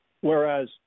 whereas